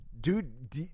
dude